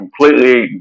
completely